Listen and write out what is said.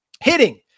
Hitting